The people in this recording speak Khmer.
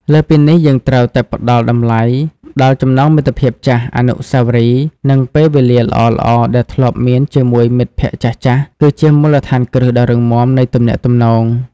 លើសពីនេះ យើងត្រូវតែ ផ្តល់តម្លៃដល់ចំណងមិត្តភាពចាស់ អនុស្សាវរីយ៍ និងពេលវេលាល្អៗដែលធ្លាប់មានជាមួយមិត្តភក្តិចាស់ៗ គឺជាមូលដ្ឋានគ្រឹះដ៏រឹងមាំនៃទំនាក់ទំនង។